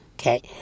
Okay